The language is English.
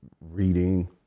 reading